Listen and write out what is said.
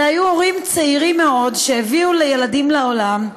אלה היו הורים צעירים מאוד, שהביאו ילדים לעולם,